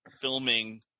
filming